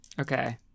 Okay